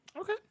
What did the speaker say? Okay